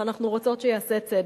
ואנחנו רוצות שייעשה צדק.